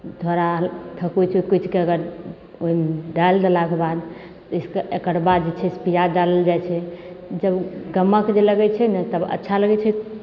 थोड़ा थकूचि उकुचिके अगर डालि देलाके बाद इस पर एकर बाद जे छै से पिआज डालल जाइत छै जब गमक जे लगैत छै ने तब अच्छा लगैत छै